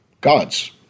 God's